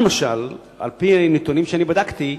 על-פי הנתונים שאני בדקתי,